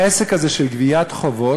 העסק הזה של גביית חובות,